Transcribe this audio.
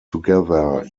together